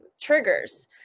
triggers